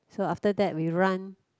so after that we run